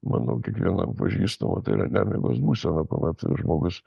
manau kiekvienam pažįstama tai yra nemigos būsena kuomet žmogus